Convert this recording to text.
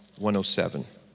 107